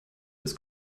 ist